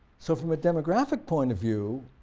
so from a demographic point of view,